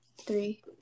three